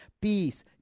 peace